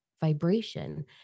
vibration